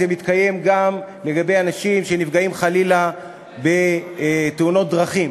זה מתקיים לגבי אנשים שנפגעים חלילה בתאונות דרכים.